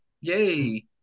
Yay